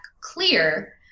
clear